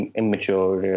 immature